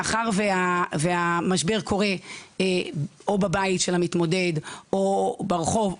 מאחר שהמשבר קורה או בבית של המתמודד או ברחוב,